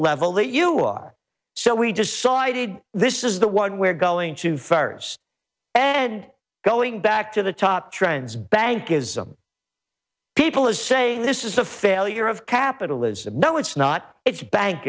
level that you are so we decided this is the one we're going to first and going back to the top trends bank is people are saying this is a failure of capitalism no it's not it's bank